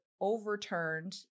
overturned